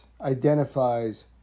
identifies